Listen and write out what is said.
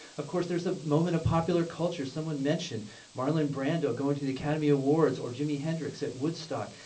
of course there's a moment of popular culture. someone mentioned marlon brando going to the academy awards or jimi hendrix at woodstock.